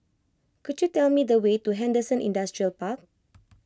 could you tell me the way to Henderson Industrial Park